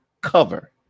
cover